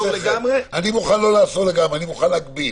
אני מוכן לא לאסור לגמרי, אני מוכן להגביל.